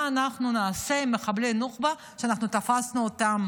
אנחנו נעשה עם מחבלי הנוח'בה שאנחנו תפסנו אותם